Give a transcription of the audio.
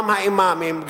גם האימאמים,